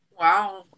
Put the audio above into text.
wow